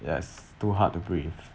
yes too hard to breathe